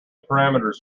parameters